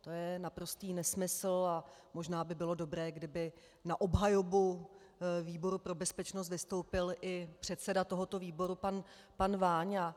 To je naprostý nesmysl a možná by bylo dobré, kdyby na obhajobu výboru pro bezpečnost vystoupil i předseda tohoto výboru pan Váňa.